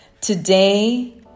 Today